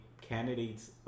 candidates